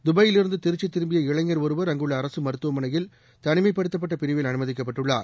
தபாயில் இருந்துதிருச்சிதிரும்பிய இளைஞர் ஒருவர் அங்குள்ளஅரசுமருத்துவமனையில் தனிமைப்படுத்தப்பட்டபிரிவில் அனுமதிக்கப்பட்டுள்ளார்